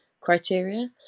criteria